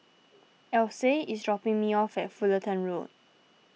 Ashleigh is dropping me off at Fullerton Road